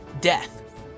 Death